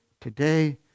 today